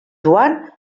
joan